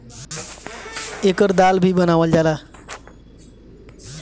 एकर दाल भी बनावल जाला